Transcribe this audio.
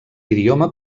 idioma